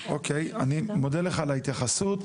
אוקיי, אני מודה לך על ההתייחסות.